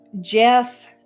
Jeff